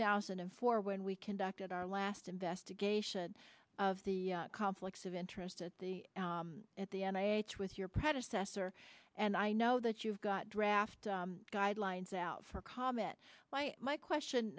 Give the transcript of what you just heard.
thousand and four when we conducted our last investigation of the conflicts of interest at the at the n a s with your predecessor and i know that you've got draft guidelines out for comment my question